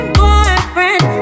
boyfriend